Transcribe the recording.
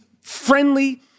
friendly